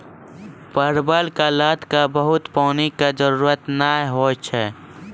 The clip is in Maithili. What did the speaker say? परवल के लत क बहुत पानी के जरूरत नाय होय छै